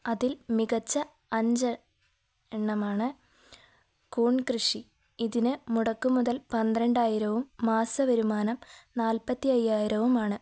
അതിൽ മികച്ച അഞ്ച് എണ്ണമാണ് കൂൺകൃഷി ഇതിന് മുടക്ക് മുതൽ പന്ത്രണ്ടായിരവും മാസ വരുമാനം നാല്പത്തി അയ്യായിരവുമാണ്